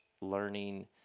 learning